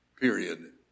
Period